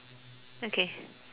okay